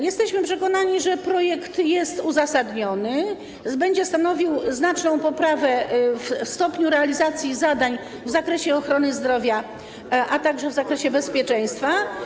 Jesteśmy przekonani, że projekt jest uzasadniony, umożliwi znaczną poprawę stopnia realizacji zadań w zakresie ochrony zdrowia, a także w zakresie bezpieczeństwa.